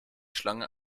schlange